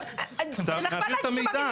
נעביר את המידע.